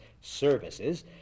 services